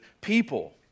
people